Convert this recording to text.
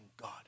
God